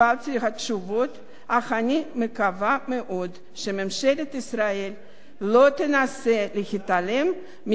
אך אני מקווה מאוד שממשלת ישראל לא תנסה להתעלם מציון תאריך זה.